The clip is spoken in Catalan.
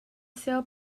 seva